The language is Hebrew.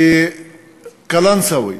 בקלנסואה,